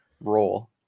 role